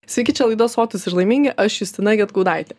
sveiki čia laida sotūs ir laimingi aš justina gedgaudaitė